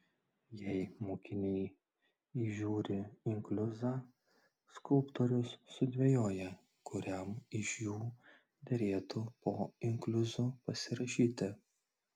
jei mokiniai įžiūri inkliuzą skulptorius sudvejoja kuriam iš jų derėtų po inkliuzu pasirašyti